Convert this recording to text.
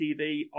TV